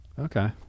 Okay